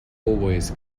always